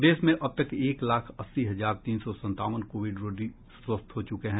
प्रदेश में अब तक एक लाख अस्सी हजार तीन सौ संतावन कोविड रोगी स्वस्थ हो चुके हैं